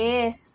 Yes